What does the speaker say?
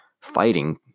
fighting